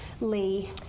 Lee